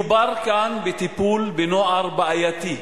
מדובר כאן בטיפול בנוער בעייתי,